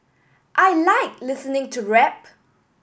I like listening to rap